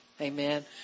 Amen